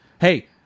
Hey